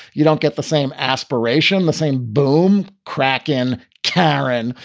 you don't get the same aspiration, the same boom crack in cameron,